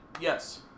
Yes